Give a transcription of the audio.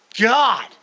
God